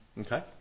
Okay